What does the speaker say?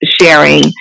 sharing